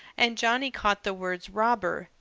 and johnny caught the words, robber!